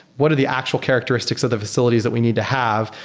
what are the actual characteristics of the facilities that we need to have?